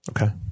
Okay